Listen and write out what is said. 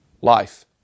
life